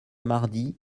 mardi